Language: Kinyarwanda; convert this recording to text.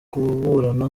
kuburana